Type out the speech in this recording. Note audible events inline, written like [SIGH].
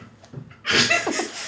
[LAUGHS]